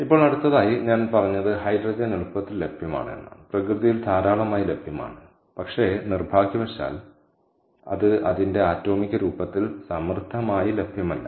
ഇപ്പോൾ അടുത്തതായി ഞാൻ പറഞ്ഞത് ഹൈഡ്രജൻ എളുപ്പത്തിൽ ലഭ്യമാണ് പ്രകൃതിയിൽ ധാരാളമായി ലഭ്യമാണ് പക്ഷേ നിർഭാഗ്യവശാൽ അത് അതിന്റെ ആറ്റോമിക രൂപത്തിൽ സമൃദ്ധമായി ലഭ്യമല്ല